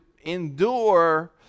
endure